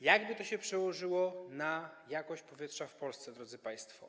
Jak by to się przełożyło na jakość powietrza w Polsce, drodzy państwo?